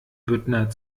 büttner